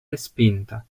respinta